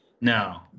No